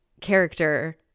character